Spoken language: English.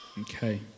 Okay